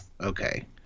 Okay